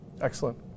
Excellent